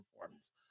performance